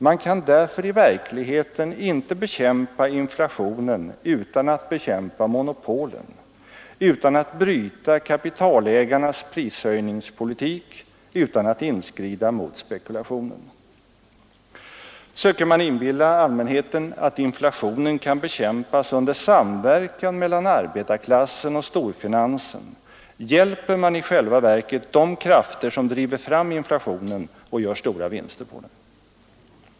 Man kan därför i verkligheten inte bekämpa inflationen utan att bekämpa monopolen, utan att bryta kapitalägarnas prishöjningspolitik, utan att inskrida mot spekulationen. Söker man inbilla allmänheten att inflationen kan bekämpas under samverkan mellan arbetarklassen och storfinansen hjälper man i själva verket de krafter som driver fram inflationen och gör stora vinster på den.